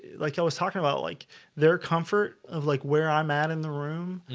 like i was talking about like their comfort of like where i'm at in the room